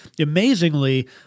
Amazingly